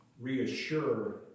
reassure